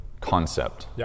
concept